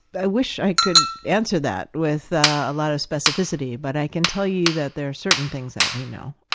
i wish i could answer that with a lot of specificity, but i can tell you that there are certain things that we know.